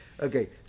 Okay